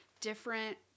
different